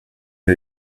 der